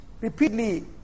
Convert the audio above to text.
repeatedly